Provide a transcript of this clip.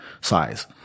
size